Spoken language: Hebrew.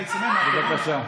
חבל,